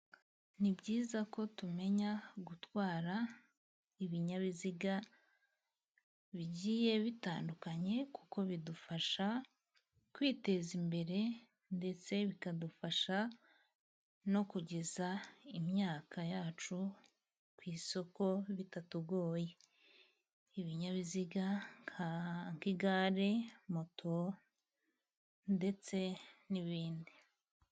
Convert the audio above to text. Ni byiza ko tumenya gutwara ibinyabiziga bigiye bitandukanye kuko bidufasha kwiteza imbere ndetse bikadufasha no kugeza imyaka yacu ku isoko bitatugoye ,ibinyabiziga nk'igare moto ndetse n'ibindi.